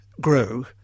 grow